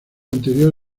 anterior